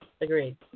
Agreed